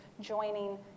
joining